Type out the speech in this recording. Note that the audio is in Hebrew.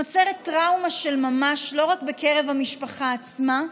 נוצרת טראומה של ממש, לא רק בקרב המשפחה עצמה,